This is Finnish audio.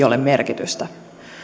ole merkitystä